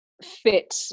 fit